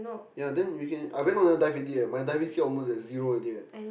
ya then in weekend I went on a dive already eh my diving skill almost at zero already eh